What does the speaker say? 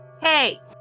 hey